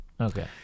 Okay